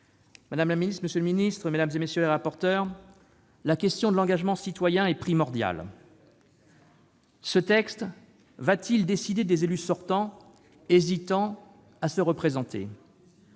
Madame la ministre, monsieur le ministre, madame, monsieur les rapporteurs, la question de l'engagement citoyen est primordiale. Ce texte va-t-il décider des élus sortants hésitants à se représenter ?